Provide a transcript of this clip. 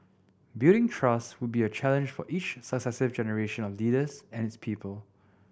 building trust would be a challenge for each successive generation of leaders and its people